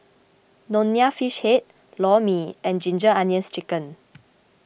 Nonya Fish Head Lor Mee and Ginger Onions Chicken